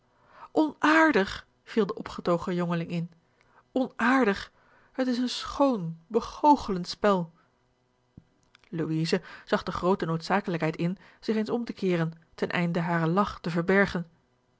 onaardig viel de opgetogen jongeling in onaardig het is een schoon begoochelend spel louise zag de groote noodzakelijkheid in zich eens om te keeren ten einde haren lach te verbergen